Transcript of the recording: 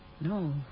No